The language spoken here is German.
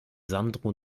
sandro